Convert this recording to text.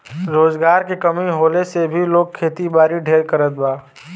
रोजगार के कमी होले से भी लोग खेतीबारी ढेर करत बा